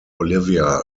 olivia